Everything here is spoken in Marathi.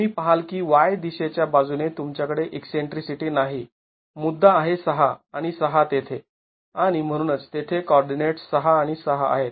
तुम्ही पहाल की y दिशेच्या बाजूने तुमच्याकडे ईकसेंट्रीसिटी नाही मुद्दा आहे ६ आणि ६ तेथे आणि म्हणूनच तेथे कॉर्डीनेट्स् ६ आणि ६ आहेत